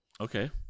Okay